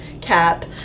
cap